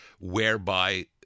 whereby